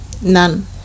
None